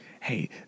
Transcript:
Hey